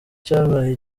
cabaye